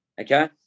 Okay